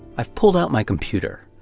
i've pulled out my computer.